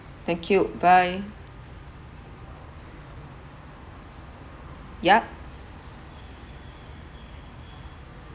thank you bye yup